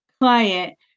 client